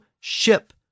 SHIP